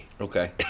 Okay